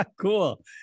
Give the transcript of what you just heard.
Cool